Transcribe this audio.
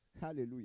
Hallelujah